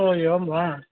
ओ एवं वा